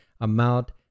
amount